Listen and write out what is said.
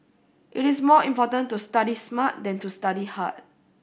it is more important to study smart than to study hard